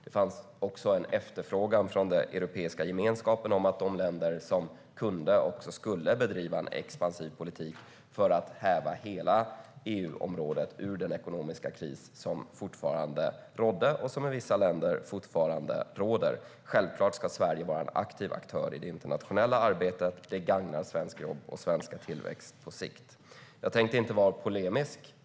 Det fanns också en önskan från Europeiska gemenskapen att de länder som kunde skulle bedriva en expansiv politik för att lyfta hela EU-området ur den ekonomiska kris som fortfarande rådde och som i vissa länder fortfarande råder. Självklart ska Sverige vara en aktiv aktör i det internationella arbetet. Det gagnar svenska jobb och svensk tillväxt på sikt. Jag tänkte inte vara polemisk.